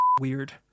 weird